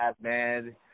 man